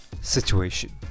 Situation